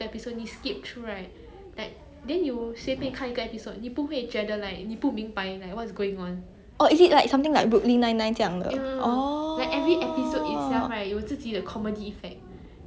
orh is it something like brooklyn nine nine 这样的 orh orh okay okay okay